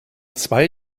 zwei